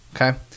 Okay